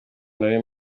nari